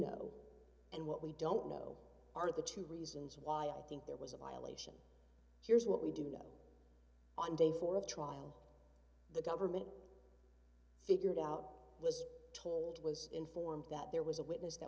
know and what we don't know are the two reasons why i think there was a violation here's what we do know on day four of the trial the government figured out was told was informed that there was a witness that